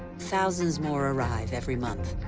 thousands more arrive every month.